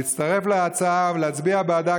להצטרף להצעה ולהצביע בעדה,